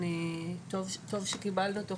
טוב שקיבלנו אותו,